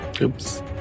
Oops